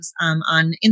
on